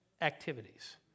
activities